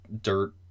dirt